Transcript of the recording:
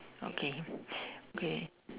okay okay